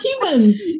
humans